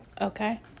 Okay